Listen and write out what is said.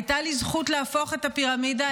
הייתה לי הזכות להפוך את הפירמידה.